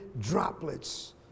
droplets